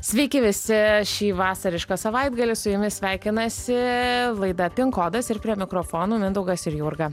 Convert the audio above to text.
sveiki visi šį vasarišką savaitgalį su jumis sveikinasi laida kodas ir prie mikrofonų mindaugas ir jurga